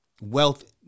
wealth